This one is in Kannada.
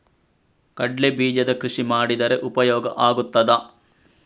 ಕಡ್ಲೆ ಬೀಜದ ಕೃಷಿ ಮಾಡಿದರೆ ಉಪಯೋಗ ಆಗುತ್ತದಾ?